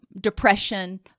depression